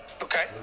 Okay